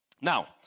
Now